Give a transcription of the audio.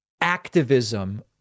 activism